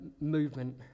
movement